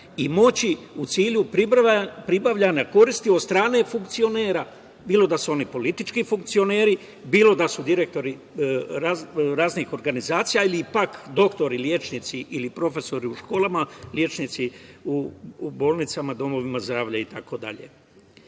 i moći u cilju pribavljanja koristi od strane funkcionera, bilo da su oni politički funkcioneri, bilo da su direktori raznih organizacija ili pak doktori, lečnici ili profesori u školama, lečnici u bolnicama i domovima zdravlja itd. Da